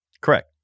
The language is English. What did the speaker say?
Correct